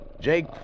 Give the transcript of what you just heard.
Jake